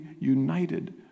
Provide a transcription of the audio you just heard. united